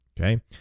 Okay